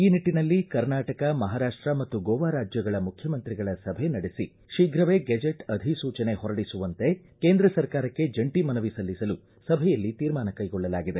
ಈ ನಿಟ್ಟನಲ್ಲಿ ಕರ್ನಾಟಕ ಮಹಾರಾಷ್ಟ ಮತ್ತು ಗೋವಾ ರಾಜ್ಯಗಳ ಮುಖ್ಯಮಂತ್ರಿಗಳ ಸಭೆ ನಡೆಸಿ ಶೀಘ್ರವೇ ಗೆಜೆಟ್ ಅಧಿಸೂಚನೆ ಹೊರಡಿಸುವಂತೆ ಕೇಂದ್ರ ಸರ್ಕಾರಕ್ಕೆ ಜಂಟಿ ಮನವಿ ಸಲ್ಲಿಸಲು ಸಭೆಯಲ್ಲಿ ತೀರ್ಮಾನ ಕೈಗೊಳ್ಳಲಾಗಿದೆ